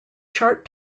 chart